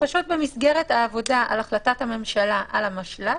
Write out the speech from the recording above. פשוט במסגרת העבודה על החלטת הממשלה על המשל"ט,